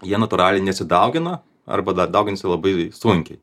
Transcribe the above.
jie natūraliai nesidaugina arba da dauginasi labai sunkiai